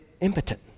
impotent